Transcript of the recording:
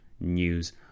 news